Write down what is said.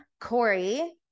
Corey